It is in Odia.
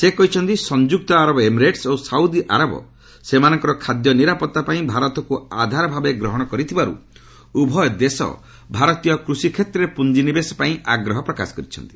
ସେ କହିଛନ୍ତି ସଂଯୁକ୍ତ ଆରବ ଏମିରେଟସ୍ ଓ ସାଉଦିଆରବ ସେମାନଙ୍କର ଖାଦ୍ୟ ନିରାପତ୍ତା ପାଇଁ ଭାରତକୁ ଆଧାର ଭାବେ ଗ୍ରହଣ କରୁଥିବାରୁ ଉଭୟ ଦେଶ ଭାରତୀୟ କୃଷି କ୍ଷେତ୍ରରେ ପୁଞ୍ଜିନିବେଶ ପାଇଁ ଆଗ୍ରହ ପ୍ରକାଶ କରିଛନ୍ତି